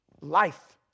life